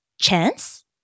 chance